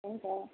हुन्छ